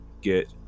get